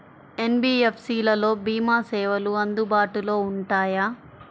NBFC లలో భీమా సేవలు అందుబాటులో ఉంటాయా?